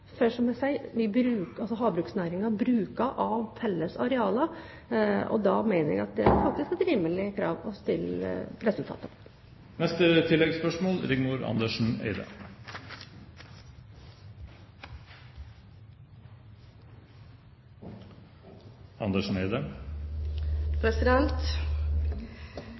som jeg sier, havbruksnæringen bruker av felles arealer, og da mener jeg at det er rimelig å stille krav om resultater. Rigmor Andersen Eide